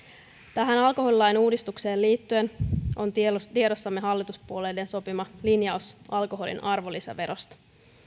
tähän alkoholilain uudistukseen liittyen on tiedossamme hallituspuolueiden sopima linjaus alkoholin arvonlisäverosta